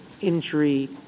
injury